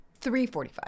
345